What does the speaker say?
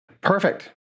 Perfect